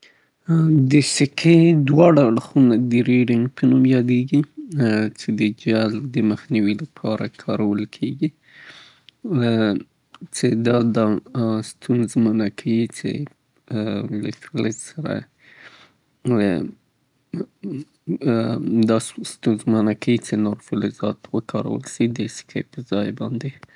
د سکې په دواړو اړخونو کومه لیکنه او یا هم کوم مهر چه لګول شوی دی دا د سکې - دا د سکې د جعل کولو نه مرسته کوي او د دې جعل کول ستونزمنوي، د دې سره سره د دې په تاریخي توګه ارزش لوړوي، او د سکې ارزش ته یې وده ورکړې.